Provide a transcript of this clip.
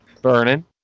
Burning